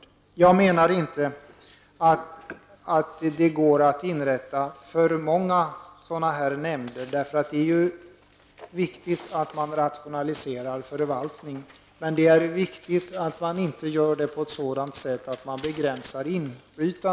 Jag menar inte att man skall inrätta för många nämnder, för det är angeläget att förvaltningen rationaliseras. Men det är viktigt att inflytandet inte begränsas.